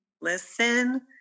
listen